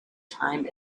time